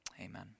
Amen